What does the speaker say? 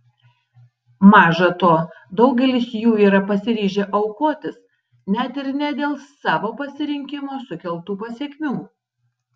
maža to daugelis jų yra pasiryžę aukotis net ir ne dėl savo pasirinkimo sukeltų pasekmių